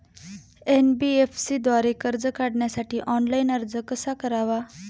NBFC द्वारे कर्ज काढण्यासाठी ऑनलाइन अर्ज कसा करावा?